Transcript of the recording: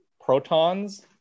protons